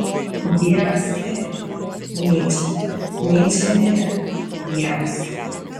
dievas mirė nyčė nyčė mirė dievas